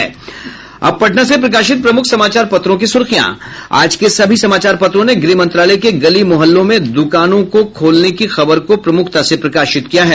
अब पटना से प्रकाशित प्रमुख समाचार पत्रों की सुर्खियां आज के सभी समाचार पत्रों ने गृह मंत्रालय के गली मोहल्लों में दुकानों के खोलने की खबर को प्रमुखता से प्रकाशित किया है